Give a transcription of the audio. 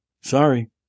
Sorry